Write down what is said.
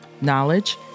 knowledge